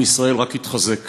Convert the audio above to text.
עם ישראל רק יתחזק